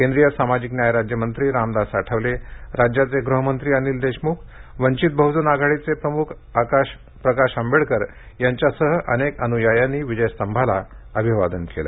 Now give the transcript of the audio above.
केंद्रीय सामाजिक न्याय राज्यमंत्री रामदास आठवलेराज्याचे गृहमंत्री अनिल देशमुखवंचित बहुजन आघाडीचे प्रमुख प्रकाश आंबेडकर यांच्यासह अनेक अनुयायांनी विजयस्तंभाला अभिवादन केलं